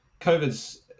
COVID's